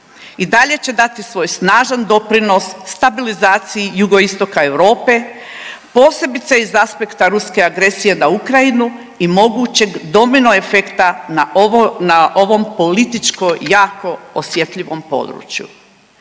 I dalje će dati svoj snažan doprinos stabilizaciji jugoistoka Europe, posebice iz aspekta ruske agresije na Ukrajinu i mogućeg domino efekta na ovom politički jako osjetljivom području.